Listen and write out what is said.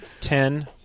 ten